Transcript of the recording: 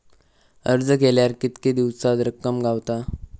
अर्ज केल्यार कीतके दिवसात रक्कम गावता?